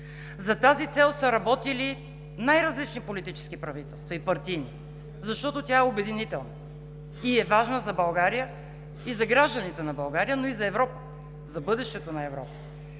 За тази цел са работили най-различни политически и партийни правителства, защото тя е обединителна и е важна за България и за гражданите на България, но и за Европа – за бъдещето на Европа.